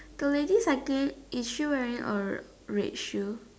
the lady cycling is she wearing a red shoe